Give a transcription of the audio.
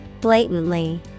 Blatantly